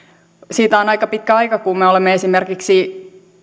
siitä on aika pitkä aika kun me olemme esimerkiksi